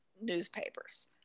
newspapers